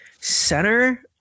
Center